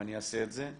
ואני אעשה את זה.